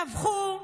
טבחו,